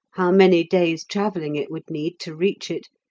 how many days' travelling it would need to reach it,